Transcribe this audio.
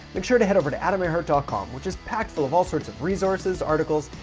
make sure to head over to adamerhart ah com, which is packed full of all sorts of resources, articles,